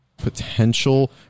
potential